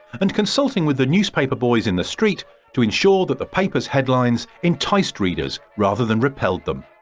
and consulting with the newspaper boys in the street to ensure that the papers headlines enticed readers rather than repelled them.